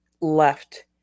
left